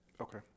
Okay